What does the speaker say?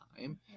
time